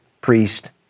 priest